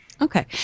Okay